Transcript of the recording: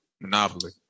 Monopoly